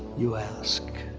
you ask.